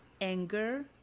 anger